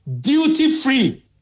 duty-free